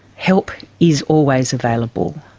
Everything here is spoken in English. help is always available.